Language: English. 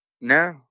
No